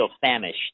famished